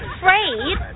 afraid